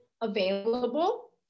available